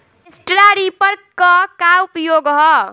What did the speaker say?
Straw reaper क का उपयोग ह?